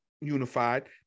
unified